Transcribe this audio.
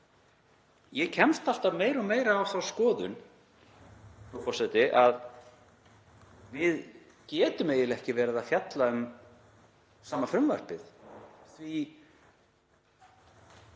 Ég kemst alltaf meira og meira á þá skoðun, frú forseti, að við getum eiginlega ekki verið að fjalla um sama frumvarpið